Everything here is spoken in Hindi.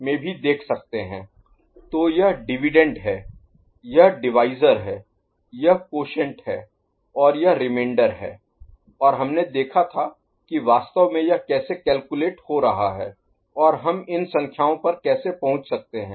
तो यह डिविडेंड है यह डिवाईज़र है यह क्वॉशैंट है और यह रिमेंडर है और हमने देखा था कि वास्तव में यह कैसे कैलकुलेट हो रहा है और हम इन संख्याओं पर कैसे पहुंच सकते हैं